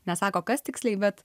nesako kas tiksliai bet